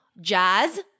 jazz